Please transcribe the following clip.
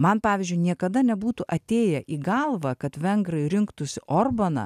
man pavyzdžiui niekada nebūtų atėję į galvą kad vengrai rinktųsi orbaną